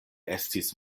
estis